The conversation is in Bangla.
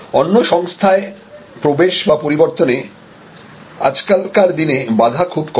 অন্য সংস্থায় প্রবেশ বা পরিবর্তনে আজকাল দিনে বাধা খুব কম